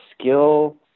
skill